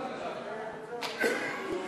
ההסתייגות (8) של קבוצת סיעת המחנה הציוני